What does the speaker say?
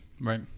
Right